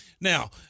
Now